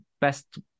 best